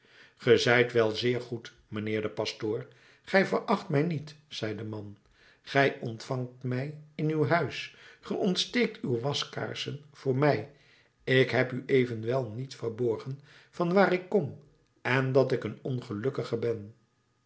ge zijt wel zeer goed mijnheer de pastoor gij veracht mij niet zei de man gij ontvangt mij in uw huis ge ontsteekt uw waskaarsen voor mij ik heb u evenwel niet verborgen van waar ik kom en dat ik een ongelukkige ben